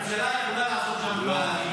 --- הממשלה יכולה לעשות שם מהלכים.